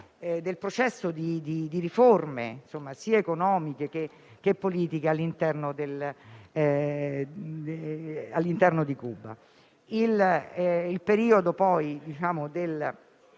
del processo di riforme, sia economiche sia politiche, all'interno di Cuba.